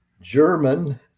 German